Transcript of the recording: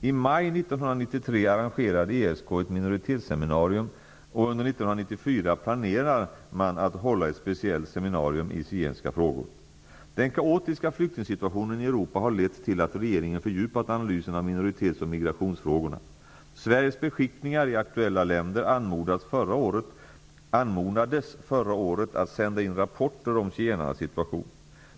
I maj 1993 arrangerade ESK ett minoritetsseminarium, och under 1994 planerar man att hålla ett speciellt seminarium i zigenska frågor. Den kaotiska flyktingsituationen i Europa har lett till att regeringen fördjupat analysen av minoritetsoch migrationsfrågorna. Sveriges beskickningar i aktuella länder anmodades förra året att sända in rapporter om zigenarnas situation.